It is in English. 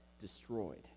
destroyed